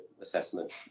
assessment